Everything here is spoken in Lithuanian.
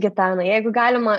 gitana jeigu galima